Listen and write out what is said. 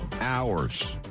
hours